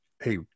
hey